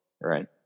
Right